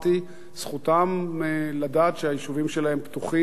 זכותם לדעת שהיישובים שלהם פתוחים,